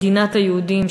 מדינת היהודים,